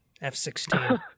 F-16